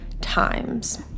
times